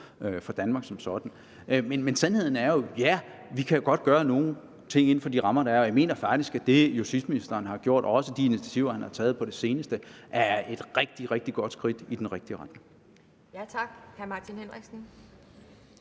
for Danmark som sådan. Sandheden er jo, at ja, vi kan godt gøre nogle ting inden for de rammer, der er, og jeg mener faktisk, at det, justitsministeren har gjort, og også de initiativer, han har taget på det seneste, er rigtig, rigtig gode skridt i den rigtige retning. Kl. 10:51 Anden